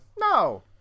No